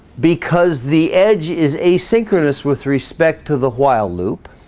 because the edge is asynchronous with respect to the while loop,